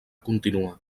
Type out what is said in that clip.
continua